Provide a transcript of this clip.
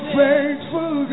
faithful